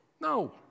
No